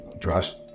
trust